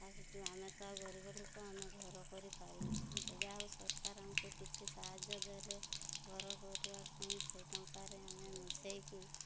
ଆସୁଛୁ ଆମେ ତ ଆଉ ଗରିବଲୋକ ଆମେ ଘର କରିପାରିନଥାନ୍ତେ ଯାହାହଉ ସରକାର ଆମକୁ କିଛି ସାହାଯ୍ୟ ଦେଲେ ଘର କରିବା ପାଇଁ ସେ ଟଙ୍କାରେ ଆମେ ମିଶେଇକି